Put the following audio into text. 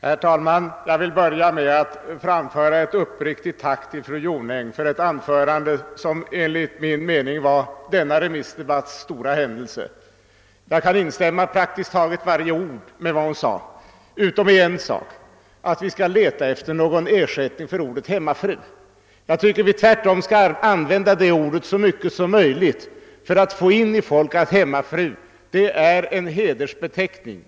Herr talman! Jag vill börja med att framföra ett uppriktigt tack till fru Jonäng för ett anförande som enligt min mening var denna remissdebatts stora händelse. Jag kan instämma i praktiskt taget varje ord hon sade — utom i det att vi skall försöka få en ersättning för ordet hemmafru. Jag tycker tvärtom att vi skall använda det ordet så mycket som möjligt för att få in i människors medvetande att ordet hemmafru är en hedersbeteckning.